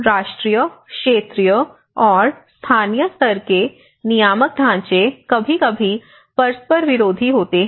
राष्ट्रीय क्षेत्रीय और स्थानीय स्तर के नियामक ढांचे कभी कभी परस्पर विरोधी होते हैं